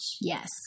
Yes